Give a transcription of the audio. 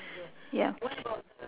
ya